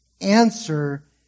answer